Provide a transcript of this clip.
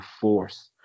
force